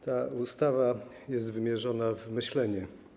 Ta ustawa jest wymierzona w myślenie.